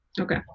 okay